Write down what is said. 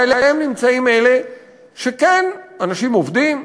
מעליהם נמצאים אלה שכן, אנשים עובדים,